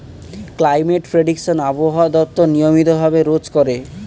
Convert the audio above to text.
climate prediction আবহাওয়া দপ্তর নিয়মিত ভাবে রোজ করে